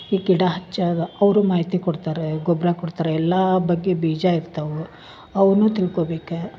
ಈ ಗಿಡ ಹಚ್ಚೋದ ಅವರು ಮಾಹಿತಿ ಕೊಡ್ತಾರೆ ಗೊಬ್ಬರ ಕೊಡ್ತಾರೆ ಎಲ್ಲ ಬಗ್ಗೆ ಬೀಜ ಇರ್ತವು ಅವುನ್ನು ತಿಳ್ಕೊಬೇಕು